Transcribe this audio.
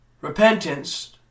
Repentance